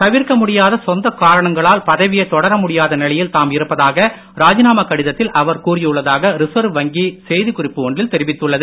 தவிர்க்க முடியாத சொந்த காரணங்களால் பதவியைத் தொடர முடியாத நிலையில் தாம் இருப்பதாக ராஜினாமா கடிதத்தில் அவர் கூறியுள்ளதாக ரிசர்வ் வங்கி செய்திக் குறிப்பு ஒன்றில் தெரிவித்துள்ளது